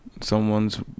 Someone's